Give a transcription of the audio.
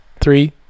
Three